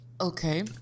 Okay